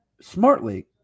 smartly